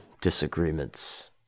disagreements